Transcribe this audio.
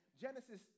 Genesis